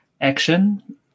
action